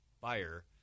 buyer